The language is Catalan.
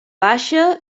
baixa